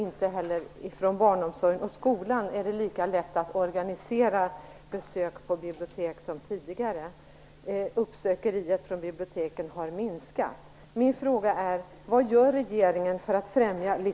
Inte heller inom barnomsorgen och skolan är det lika lätt att organisera besök som tidigare. Uppsökandet av bibliotek har minskat.